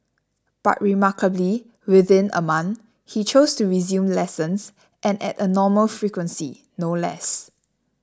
but remarkably within a month he chose to resume lessons and at a normal frequency no less